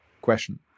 question